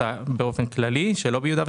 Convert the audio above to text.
אני בתוכנית 18-1104, ב-3ד'.